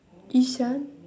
ishan